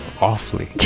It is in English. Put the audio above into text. Awfully